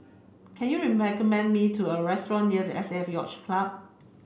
can you me to a restaurant near the S A F Yacht Club